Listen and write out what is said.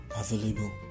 available